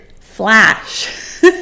flash